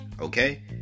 Okay